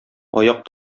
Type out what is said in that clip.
аяк